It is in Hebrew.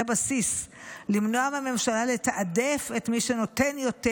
בסיס למנוע מהממשלה לתעדף את מי שנותן יותר.